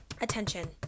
attention